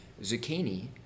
zucchini